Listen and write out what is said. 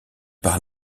par